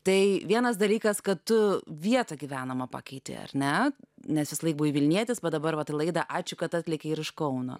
tai vienas dalykas kad tu vietą gyvenama pakeitė ar ne nes visąlaik buvai vilnietis va dabar va ta laida ačiū kad atlekia ir iš kauno